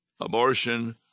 abortion